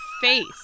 face